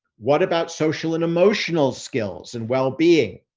what about social and emotional skills and wellbeing?